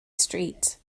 street